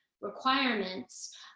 requirements